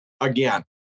again